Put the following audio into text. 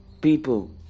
people